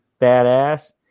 badass